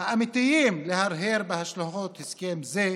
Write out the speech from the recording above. האמיתיים להרהר בהשלכות הסכם זה,